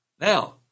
now